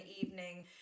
evening